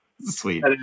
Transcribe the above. Sweet